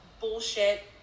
bullshit